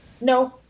No